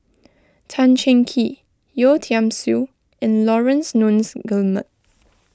Tan Cheng Kee Yeo Tiam Siew and Laurence Nunns Guillemard